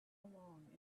along